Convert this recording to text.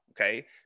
okay